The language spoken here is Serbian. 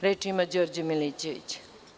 Reč ima Đorđe Milićević.